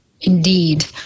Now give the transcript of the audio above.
indeed